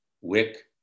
wick